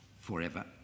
forever